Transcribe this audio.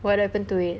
what happened to it